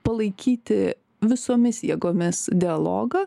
palaikyti visomis jėgomis dialogą